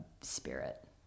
spirit